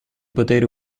poter